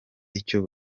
icyo